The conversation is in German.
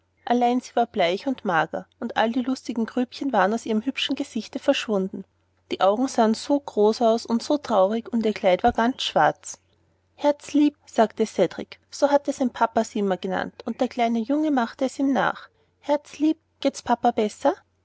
allein sie war bleich und mager und all die lustigen grübchen waren aus ihrem hübschen gesichte verschwunden die augen sahen so groß aus und so traurig und ihr kleid war ganz schwarz herzlieb sagte cedrik so hatte sein papa sie immer genannt und der kleine junge machte es ihm nach herzlieb geht's papa besser